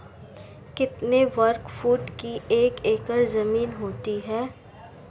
कितने वर्ग फुट की एक एकड़ ज़मीन होती है?